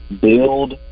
build